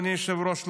אדוני היושב-ראש,